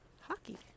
hockey